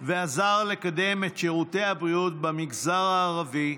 ועזר לקדם את שירותי הבריאות במגזר הערבי,